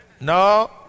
No